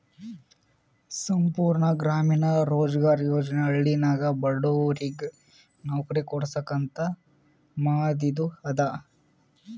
ಸಂಪೂರ್ಣ ಗ್ರಾಮೀಣ ರೋಜ್ಗಾರ್ ಯೋಜನಾ ಹಳ್ಳಿನಾಗ ಬಡುರಿಗ್ ನವ್ಕರಿ ಕೊಡ್ಸಾಕ್ ಅಂತ ಮಾದಿದು ಅದ